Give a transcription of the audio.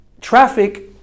traffic